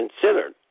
considered